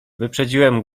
wyprzedziłem